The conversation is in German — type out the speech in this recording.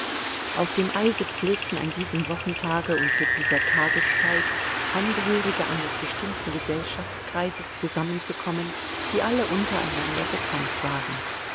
auf dem eise pflegten an diesem wochentage und zu dieser tageszeit angehörige eines bestimmten gesellschaftskreises zusammenzukommen die alle untereinander bekannt waren